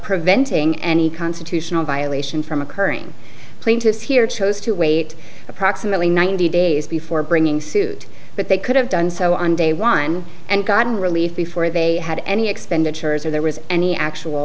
preventing any constitutional violation from occurring plaintiffs here chose to wait approximately ninety days before bringing suit but they could have done so on day one and gotten relief before they had any expenditures or there was any actual